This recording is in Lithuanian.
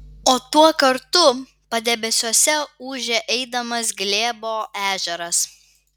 o tuo kartu padebesiuose ūžė eidamas glėbo ežeras